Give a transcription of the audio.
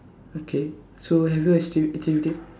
okay so have you watched